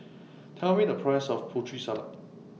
Tell Me The Price of Putri Salad